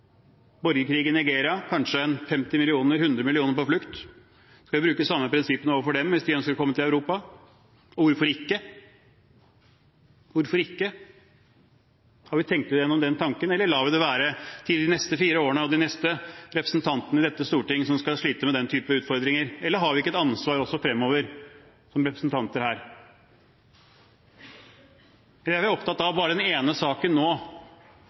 millioner på flukt. Skal vi bruke de samme prinsippene overfor dem hvis de ønsker å komme til Europa, og hvorfor ikke? Hvorfor ikke – har vi tenkt igjennom den tanken, eller lar vi det være til de neste fire årene og de neste representantene i Stortinget, som skal slite med den typen utfordringer? Har vi ikke et ansvar også fremover som representanter her? Eller er vi opptatt av bare denne ene saken nå,